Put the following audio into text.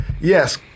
Yes